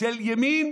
של ימין,